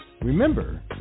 Remember